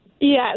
yes